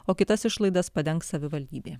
o kitas išlaidas padengs savivaldybė